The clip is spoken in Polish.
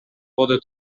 wodę